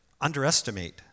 underestimate